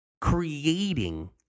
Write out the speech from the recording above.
creating